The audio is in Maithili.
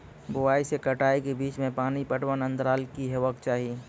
बुआई से कटाई के बीच मे पानि पटबनक अन्तराल की हेबाक चाही?